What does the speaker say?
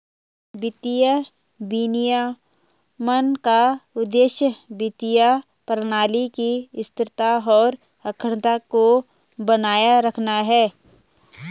वित्तीय विनियमन का उद्देश्य वित्तीय प्रणाली की स्थिरता और अखंडता को बनाए रखना है